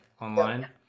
Online